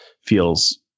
feels